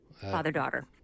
father-daughter